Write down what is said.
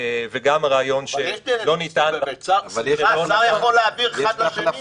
וגם הרעיון שלא ניתן --- אבל יש דלת מסתובבת.